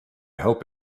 hope